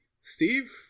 Steve